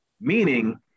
Meaning